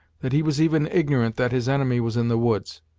that he was even ignorant that his enemy was in the woods.